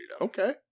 Okay